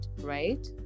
right